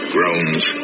Groans